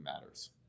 matters